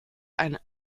eine